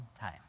time